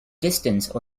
distance